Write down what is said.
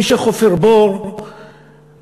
מי שחופר בור לאחר,